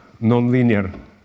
nonlinear